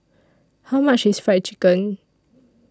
How much IS Fried Chicken